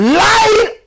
lied